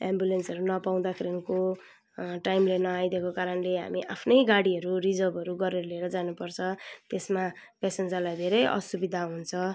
एम्बुलेस्नहरू नपाउँदाखेरि टाइमले नआइदिएको कारणले हामी आफ्नो गाडीहरू रिजर्भहरू गरेर लिएर जानु पर्छ त्यसमा पेसेन्जरलाई धेरै असुविधा हुन्छ